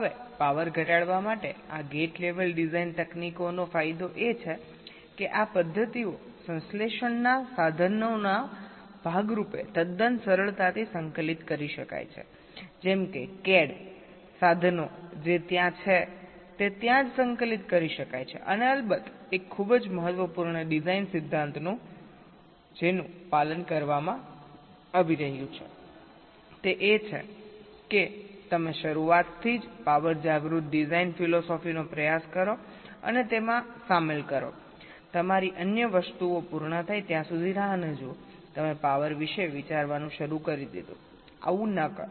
હવે પાવર ઘટાડવા માટે આ ગેટ લેવલ ડિઝાઇન તકનીકો નો ફાયદો એ છે કે આ પદ્ધતિઓ સંશ્લેષણ સાધનોના ભાગ રૂપે તદ્દન સરળતાથી સંકલિત કરી શકાય છે જેમ કે CAD સાધનો જે ત્યાં છે તે ત્યાં જ સંકલિત કરી શકાય છે અને અલબત્ત એક ખૂબ જ મહત્વપૂર્ણ ડિઝાઇન સિદ્ધાંત જેનું પાલન કરવામાં આવી રહ્યું છે તે એ છે કે તમે શરૂઆતથી જ પાવર જાગૃત ડિઝાઇન ફિલોસોફીનો પ્રયાસ કરો અને તેમાં સામેલ કરો તમારી અન્ય વસ્તુઓ પૂર્ણ થાય ત્યાં સુધી રાહ ન જુઓ તમે પાવર વિશે વિચારવાનું શરૂ કરી દીધું આવું ન કરો